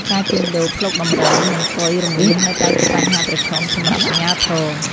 ការជួញដូរភ្លុកដំរី និងកុយរមាសនៅតែជាបញ្ហាប្រឈមសម្រាប់អាជ្ញាធរ។